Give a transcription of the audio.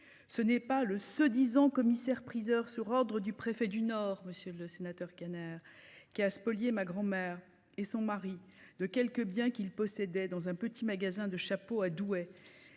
Ce n'est pas le se disant commissaire priseur sur ordre du préfet du Nord, Monsieur le Sénateur. Qui a spolié ma grand-mère et son mari de quelques bien qu'il possédait dans un petit magasin de chapeaux à Douai.